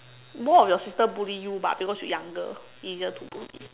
more of your sister bully you bah because you younger easier to bully